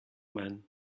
man